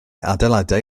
adeiladau